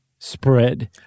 Spread